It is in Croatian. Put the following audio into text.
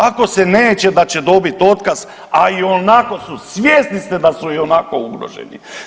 Ako se neće, da će dobiti otkaz, a i onako su, svjesni ste da su ionako ugroženi.